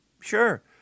Sure